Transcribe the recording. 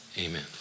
amen